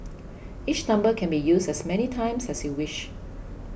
each number can be used as many times as you wish